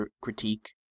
critique